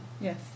Yes